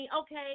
okay